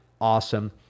awesome